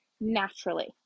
naturally